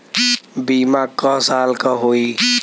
बीमा क साल क होई?